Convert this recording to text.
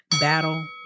battle